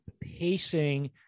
pacing